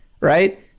right